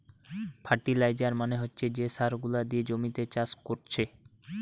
fertiliser মানে হচ্ছে যে সার গুলা দিয়ে জমিতে চাষ কোরছে